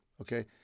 okay